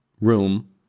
room